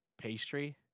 Pastry